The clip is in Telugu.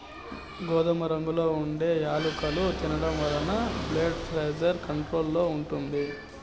గోధుమ రంగులో ఉండే యాలుకలు తినడం వలన బ్లెడ్ ప్రెజర్ కంట్రోల్ లో ఉంటుంది